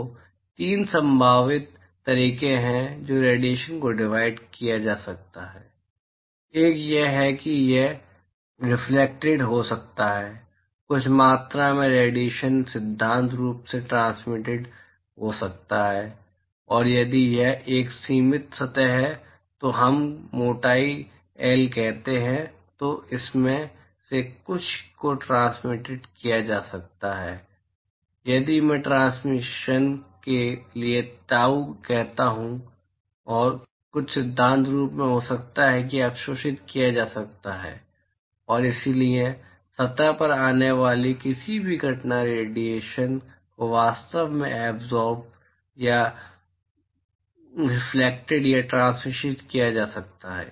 तो 3 संभावित तरीके हैं जिनसे रेडिएशन को डिवाइड किया जा सकता है एक यह है कि यह रिफ्लेक्टिड हो सकता है कुछ मात्रा में रेडिएशन सिद्धांत रूप में ट्रांसमिटिड हो सकता है और यदि यह एक सीमित सतह है तो हम मोटाई एल कहते हैं तो इसमें से कुछ को ट्रांसमिटिड किया जा सकता है यदि मैं ट्रांसमिशनके लिए ताऊ कहता हूं और कुछ सिद्धांत रूप में हो सकता है अवशोषित किया जा सकता है और इसलिए सतह पर आने वाली किसी भी घटना रेडिएशन को वास्तव में एब्ज़ोर्ब या रिफलेक्टिड या ट्रांसमिटिड किया जा सकता है